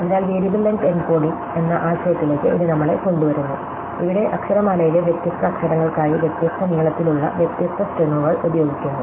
അതിനാൽ variable length encoding എന്ന ആശയത്തിലേക്ക് ഇത് നമ്മളെ കൊണ്ടുവരുന്നു ഇവിടെ അക്ഷരമാലയിലെ വ്യത്യസ്ത അക്ഷരങ്ങൾക്കായി വ്യത്യസ്ത നീളത്തിലുള്ള വ്യത്യസ്ത സ്ട്രിംഗുകൾ ഉപയോഗിക്കുന്നു